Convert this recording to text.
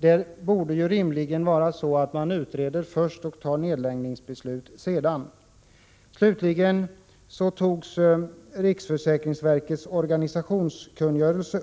Man borde ju rimligen utreda först och fatta beslut om nedläggning sedan. Slutligen: Här åberopades riksförsäkringsverkets organisationskungörelse.